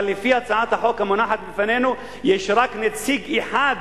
אבל לפי הצעת החוק המונחת לפנינו יש רק נציג אחד